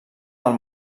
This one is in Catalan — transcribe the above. del